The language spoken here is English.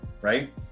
right